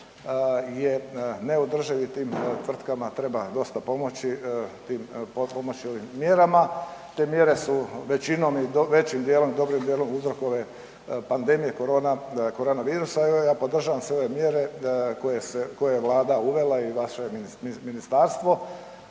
je neodrživ i tim tvrtkama treba dosta pomoći, tim, pomoći ovim mjerama. Te mjere su većinom, većim dijelom, dobrim dijelom uzrokovane pandemijom koronavirusa i evo ja podržavam sve ove mjere koje se, koje je Vlada uvela i vaše ministarstvo